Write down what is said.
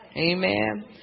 Amen